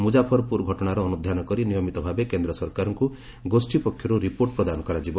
ମୁଜାଫରପୁର ଘଟଣାର ଅନୁଧ୍ୟାନ କରି ନିୟମିତ ଭାବେ କେନ୍ଦ୍ର ସରକାରଙ୍କୁ ଗୋଷ୍ଠୀ ପକ୍ଷରୁ ରିପୋର୍ଟ ପ୍ରଦାନ କରାଯିବ